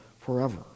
forever